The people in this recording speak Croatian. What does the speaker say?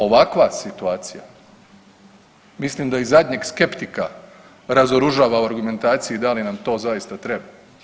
Ovakva situacija, mislim da i zadnjeg skeptika razoružava u argumentaciji da li nam to zaista treba.